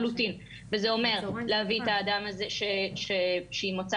וזה אומר להביא את האדם לחקירה,